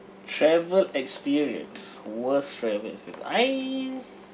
travel experience worst travel experience I